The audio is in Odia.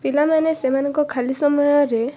ପିଲାମାନେ ସେମାନଙ୍କ ଖାଲି ସମୟରେ